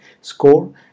score